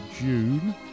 June